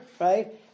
right